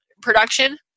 production